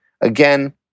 again